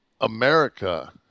America